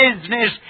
business